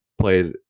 played